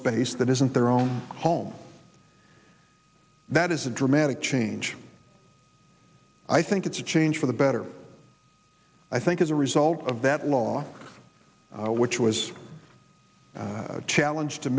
space that isn't their own home that is a dramatic change i think it's a change for the better i think as a result of that law which was a challenge to